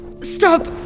Stop